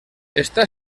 està